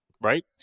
right